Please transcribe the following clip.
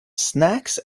snacks